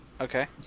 Okay